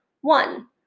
One